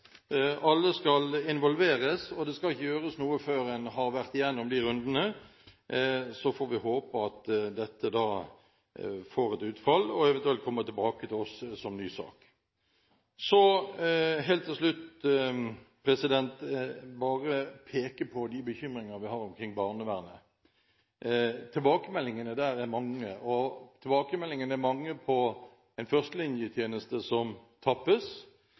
alle skal involveres, og det skal ikke gjøres noe før en har vært gjennom de rundene. Så får vi håpe at dette da får et slikt utfall, og at det eventuelt kommer tilbake som ny sak. Helt til slutt vil jeg bare peke på de bekymringer vi har omkring barnevernet. Tilbakemeldingene der er mange; tilbakemeldingene er mange på at det er en førstelinjetjeneste som tappes,